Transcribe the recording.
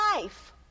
life